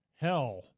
hell